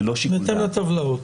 בהתאם לטבלאות.